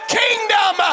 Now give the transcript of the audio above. kingdom